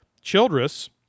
Childress